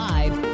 Live